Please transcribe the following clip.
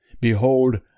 Behold